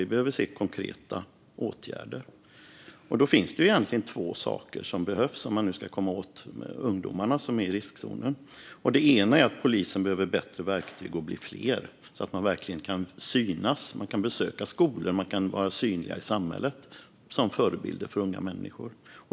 Vi behöver se konkreta åtgärder. Det är två saker som behövs för att komma åt ungdomarna som är i riskzonen. Det ena är att poliserna måste få bättre verktyg och bli fler, så att de verkligen kan synas, besöka skolor och vara synliga i samhället som förebilder för unga människor.